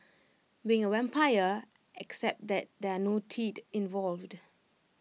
being A vampire except that there are no teeth involved